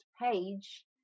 page